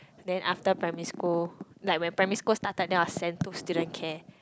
then after primary school like when primary school started then I was sent to student care